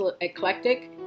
eclectic